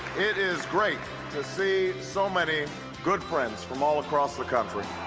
it is great to see so many good friends from all across the country.